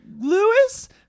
Lewis